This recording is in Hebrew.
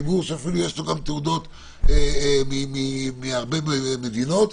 ציבור שיש לו תעודות מהרבה מדינות,